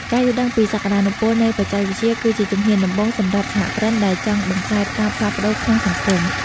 ការយល់ដឹងពីសក្ដានុពលនៃបច្ចេកវិទ្យាគឺជាជំហានដំបូងសម្រាប់សហគ្រិនដែលចង់បង្កើតការផ្លាស់ប្តូរក្នុងសង្គម។